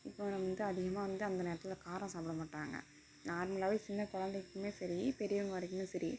இப்போ வந்து அதிகமா வந்து அந்த நேரத்தில் காரம் சாப்பிட மாட்டாங்க நார்மலாகவே சின்ன குலந்தைக்குமே சரி பெரியவங்கள் வரைக்குமே சரி